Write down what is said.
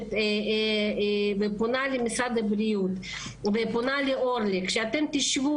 מבקשת ופונה למשרד הבריאות ולאורלי: כשאתם תשבו